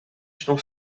estão